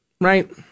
Right